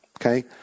Okay